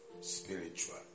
spiritual